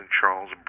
Charles